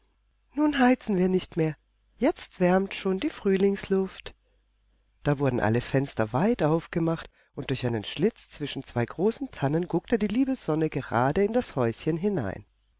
nun heizen wir nicht mehr jetzt wärmt schon die frühlingsluft da wurden alle fenster weit aufgemacht und durch einen schlitz zwischen zwei großen tannen guckte die liebe sonne gerade in das häuschen hinein